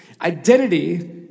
identity